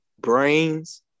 brains